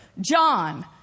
John